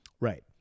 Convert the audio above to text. Right